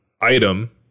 item